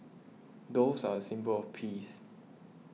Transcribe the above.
doves are a symbol of peace